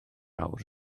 awr